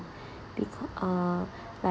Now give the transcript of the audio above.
becau~ uh like